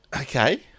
Okay